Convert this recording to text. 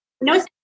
no